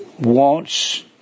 wants